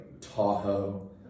Tahoe